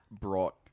brought